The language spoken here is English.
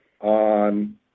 on